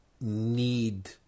need